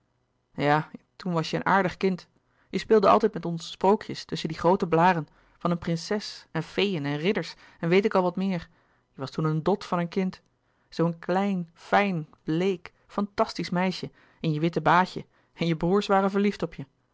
ja toen was je een aardig kind je speelde altijd met ons sprookjes tusschen die groote blâren van eene prinses en feeën en ridders en weet ik wat al meer je was toen een dot van een kind zoo een klein fijn bleek fantastisch meisje in je witte baadje en je broêrs waren verliefd op je